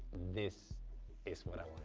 this is what i